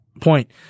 point